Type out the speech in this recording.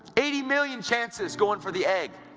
eighty million chances going for the egg.